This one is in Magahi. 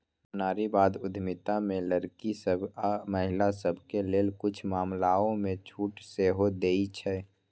नारीवाद उद्यमिता में लइरकि सभ आऽ महिला सभके लेल कुछ मामलामें छूट सेहो देँइ छै